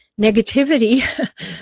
negativity